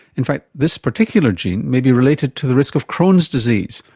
in fact this particular gene may be related to the risk of crohn's disease,